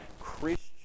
Christian